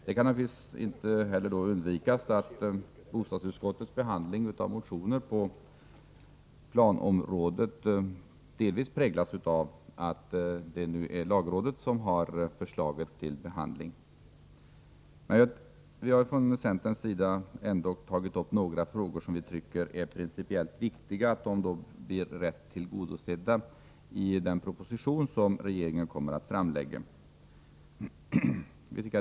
Det kan naturligtvis inte undvikas att bostadsutskottets behandling av motionerna på planområdet delvis präglas av att det nu är lagrådet som har förslaget till behandling. Vi från centerpartiet har ändå tagit upp några frågor, som vi tycker är principiellt viktiga och som bör bli rätt beaktade i den proposition som regeringen kommer att framlägga.